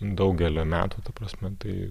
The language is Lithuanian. daugelio metų ta prasme tai